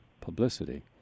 publicity